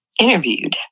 interviewed